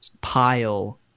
pile